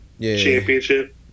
championship